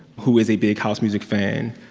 who is a big house music fan,